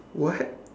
what